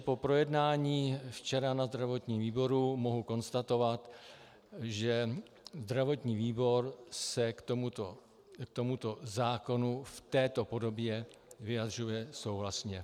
Po projednání včera na zdravotním výboru mohu konstatovat, že zdravotní výbor se k tomuto zákonu v této podobě vyjadřuje souhlasně.